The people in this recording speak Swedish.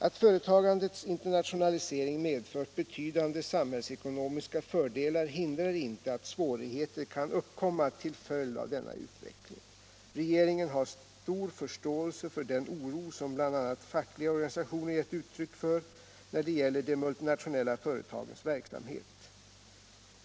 Att företagandets internationalisering medfört betydande samhällsekonomiska fördelar hindrar inte att svårigheter kan uppkomma till följd av denna utveckling. Regeringen har stor förståelse för den oro som bl.a. fackliga organisationer gett uttryck för när det gäller de multinationella företagens verksamhet.